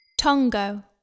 Tongo